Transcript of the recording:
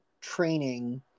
training